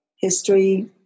History